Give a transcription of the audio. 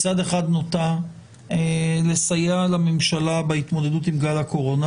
מצד אחד נוטה לסייע לממשלה בהתמודדות עם גל הקורונה,